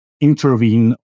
intervene